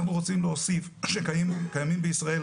אנחנו רוצים להוסיף שקיימים בישראל